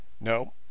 No